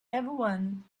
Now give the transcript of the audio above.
everyone